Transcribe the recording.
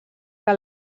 que